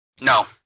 No